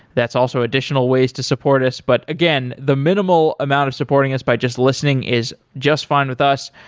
that's also additional ways to support us. but again, the minimal amount of supporting us by just listening is just fine with us.